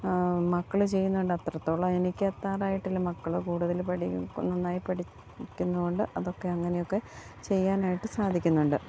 മക്കൾ ചെയ്യുന്നുണ്ട് അത്രത്തോളം എനിക്കെത്താറായിട്ടില്ല മക്കൾ കൂടുതൽ പഠി നന്നായി പഠിക്കുന്നതു കൊണ്ട് അതൊക്കെ അങ്ങനെയൊക്കെ ചെയ്യാനായിട്ട് സാധിക്കുന്നുണ്ട്